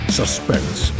suspense